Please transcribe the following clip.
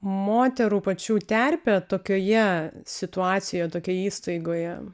moterų pačių terpe tokioje situacijoje tokia įstaigoje